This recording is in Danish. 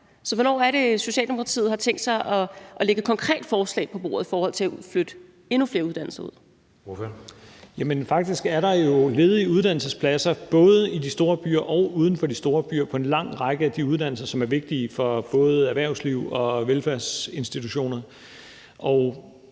så hvornår er det, Socialdemokratiet har tænkt sig at lægge et konkret forslag på bordet i forhold til at flytte endnu flere uddannelser ud? Kl. 14:36 Anden næstformand (Jeppe Søe): Ordføreren. Kl. 14:37 Rasmus Stoklund (S): Faktisk er der jo ledige uddannelsespladser både i de store byer og uden for de store byer på en lang række af de uddannelser, som er vigtige for både erhvervsliv og velfærdsinstitutioner. Så